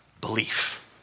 belief